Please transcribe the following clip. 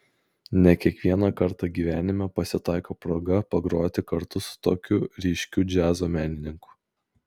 ne kiekvieną kartą gyvenime pasitaiko proga pagroti kartu su tokiu ryškiu džiazo menininku